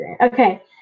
Okay